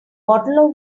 bottle